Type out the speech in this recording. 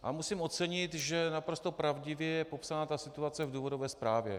A musím ocenit, že naprosto pravdivě je popsána ta situace v důvodové zprávě.